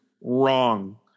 wrong